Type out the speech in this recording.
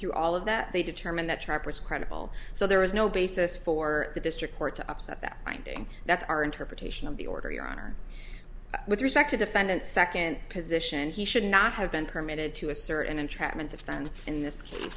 through all of that they determined that trapper's credible so there was no basis for the district court to upset that finding that's our interpretation of the order your honor with respect to defendant's second position he should not have been permitted to assert an entrapment defense in this case